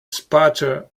sputtered